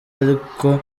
ariko